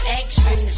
action